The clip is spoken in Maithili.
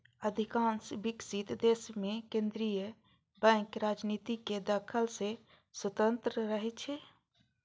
अधिकांश विकसित देश मे केंद्रीय बैंक राजनीतिक दखल सं स्वतंत्र रहै छै